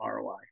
ROI